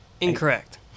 incorrect